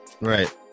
Right